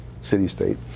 city-state